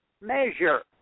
measure